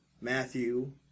Matthew